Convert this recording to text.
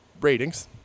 ratings